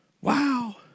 Wow